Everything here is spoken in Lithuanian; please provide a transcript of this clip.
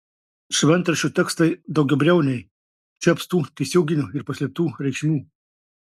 šventraščio tekstai daugiabriauniai čia apstu tiesioginių ir paslėptų reikšmių